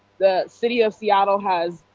the city of seattle has,